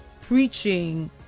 preaching